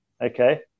Okay